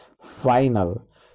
final